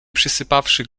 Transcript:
przysypawszy